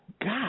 God